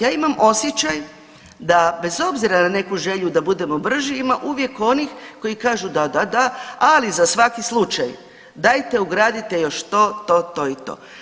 Ja imam osjećaj da bez obzira na neku želju da budemo brži ima uvijek onih koji kažu da, da, da, ali za svaki slučaj dajte ugradite još to, to i to.